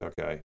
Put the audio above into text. Okay